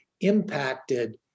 impacted